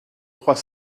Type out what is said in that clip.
trois